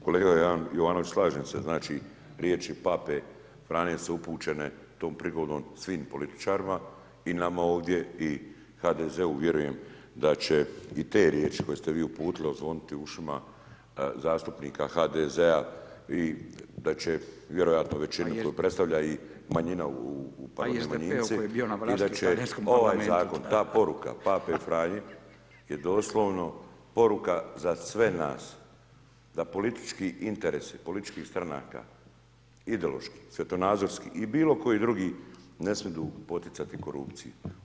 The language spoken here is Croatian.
Kolega Jovanović, slažem se znači riječi pape Franje su upućene tom prigodom svim političarima i nama ovdje i HDZ-u, vjerujem da će i te riječi koje ste vi uputili odzvoniti u ušima zastupnika HDZ-a i da će vjerojatno većini i koju predstavlja i manjina …… [[Upadica Radin, ne razumije se.]] ovaj zakon, ta poruka pape Franje je doslovno poruka za sve nas, da politički interesi političkih stranaka, ideološki, svjetonazorski i bilokoji drugi ne smiju poticati korupciju.